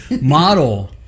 Model